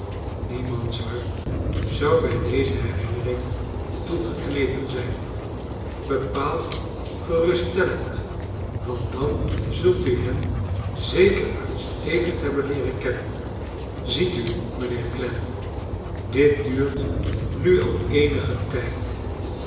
bepaald geruststellend want dan zult u hen zeker uitstekend hebben leeren kennen ziet u mijnheer clennam dit duurt nu al eenigen tijd